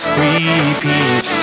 repeat